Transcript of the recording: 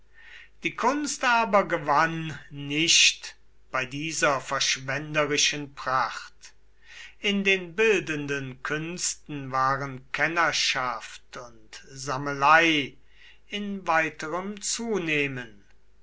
die kunst aber gewann nicht bei dieser verschwenderischen pracht in den bildenden künsten waren kennerschaft und sammelei in weiterem zunehmen